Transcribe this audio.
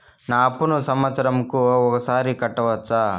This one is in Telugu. నా అప్పును సంవత్సరంకు ఒకసారి కట్టవచ్చా?